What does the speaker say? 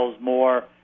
more